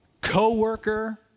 coworker